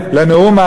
לנאום,